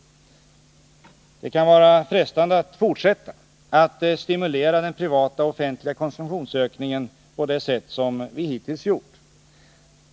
Det kan vara frestande att fortsätta att stimulera den privata och offentliga 47 konsumtionsökningen på det sätt som vi hittills gjort.